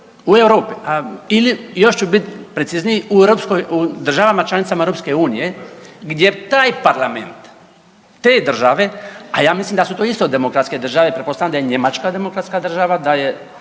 u Europi, a ili, još ću biti precizniji, u europskoj, u državama članicama EU, gdje taj parlament te države, a ja mislim da su to isto demokratske države, pretpostavljam da je Njemačka demokratska država, da je